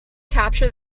capture